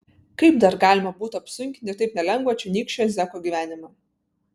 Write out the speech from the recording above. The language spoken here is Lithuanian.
kaip dar galima būtų apsunkinti ir taip nelengvą čionykščio zeko gyvenimą